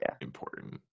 important